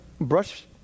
brush